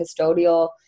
custodial